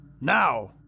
Now